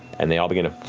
and they all begin to